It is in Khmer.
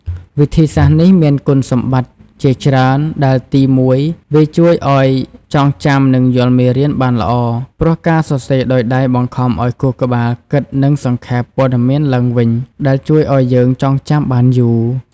វិធីសាស្ត្រនេះមាន គុណសម្បត្តិ ជាច្រើនដែលទីមួយ វាជួយឲ្យចងចាំនិងយល់មេរៀនបានល្អ ព្រោះការសរសេរដោយដៃបង្ខំឲ្យខួរក្បាលគិតនិងសង្ខេបព័ត៌មានឡើងវិញ ដែលជួយឲ្យយើងចងចាំបានយូរ។។